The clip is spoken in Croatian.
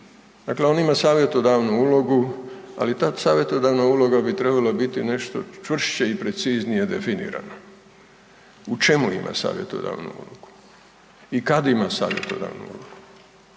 Dakle on ima savjetodavnu ulogu ali ta savjetodavna uloga bi trebala biti nešto čvršće i preciznije definirano, u čemu ima savjetodavnu ulogu i kad ima savjetodavnu ulogu.